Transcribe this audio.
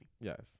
Yes